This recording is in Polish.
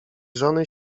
żony